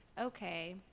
okay